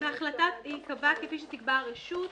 בהחלטה כפי שתקבע הרשות,